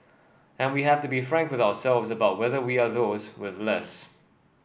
and we have to be frank with ourselves about whether we are those with less